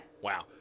Wow